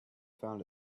found